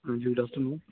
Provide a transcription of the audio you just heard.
ਹਾਂਜੀ good afternoon